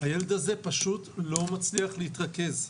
הילד הזה פשוט לא מצליח להתרכז.